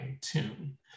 tune